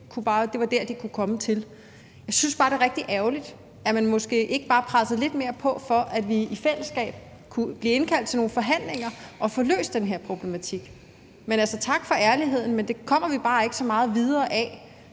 det var der, de kunne komme til. Jeg synes bare, det er rigtig ærgerligt, at man måske ikke bare har presset lidt mere på, for at vi i fællesskab kunne blive indkaldt til nogle forhandlinger og få løst den her problematik. Tak for ærligheden, men det kommer vi bare ikke så meget videre af.